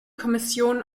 kommission